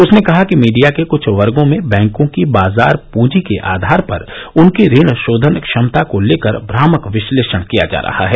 उसने कहा कि मीडिया के कुछ वर्गो में बैंकों की बाजार पूंजी के आधार पर उनकी ऋण शोघन क्षमता को लेकर भ्रामक विश्लेषण किया जा रहा है